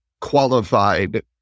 qualified